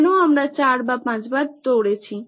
কেন আমরা চার বা পাঁচ বার দৌড়েছি